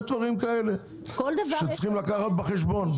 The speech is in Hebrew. יש דברים כאלה שצריכים לקחת בחשבון.